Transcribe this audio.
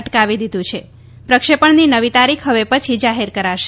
અટકાવી દીધુ છે પ્રક્ષેપણની નવી તારીખ હવે પછી જાહેર કરાશે